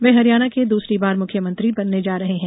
वे हरियाणा के दुसरी बार मुख्यमंत्री बनने जा रहे हैं